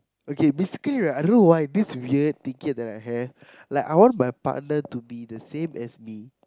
okay basically right I don't know why this weird ticket that I have like I want my partner to be the same as me